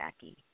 Jackie